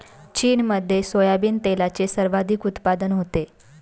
चीनमध्ये सोयाबीन तेलाचे सर्वाधिक उत्पादन होते